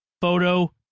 photo